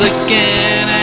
again